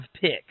pick